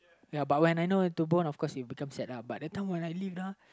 ya but I know to boom of course you become sad lah but that time when I lead uh